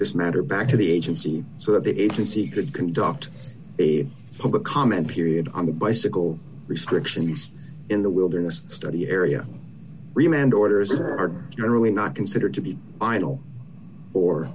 this matter back to the agency so that the agency could conduct the public comment period on the bicycle restriction used in the wilderness study area remained orders are really not considered to be